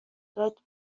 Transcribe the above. داد